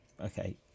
Okay